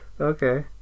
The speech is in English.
Okay